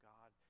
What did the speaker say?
God